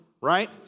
right